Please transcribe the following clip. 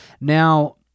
Now